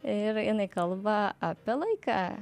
ir jinai kalba apie laiką